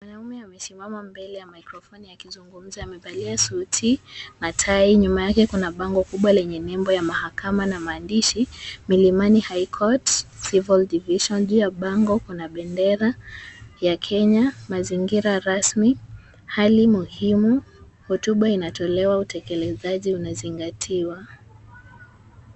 Mwanaume amesimama mbele ya microphone akizungumza, amevalia suti na tai. Nyuma yake kuna bango kubwa lenye nembo ya mahakama, na maandishi, Milimani High Court Civil Division. Juu ya bango kuna bendera ya Kenya. Mazingira rasmi, hali muhimu, hotuba inatolewa, utekelezaji unazingatiwa.